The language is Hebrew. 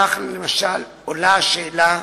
כך, למשל, עולה השאלה,